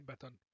button